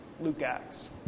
Luke-Acts